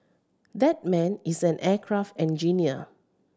that man is an aircraft engineer